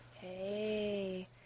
Hey